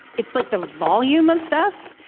it's like the volume of stuff,